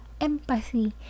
empathy